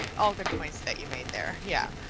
all good points that you made there, yeah.